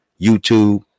youtube